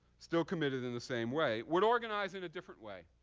still committed in the same way would organize in a different way.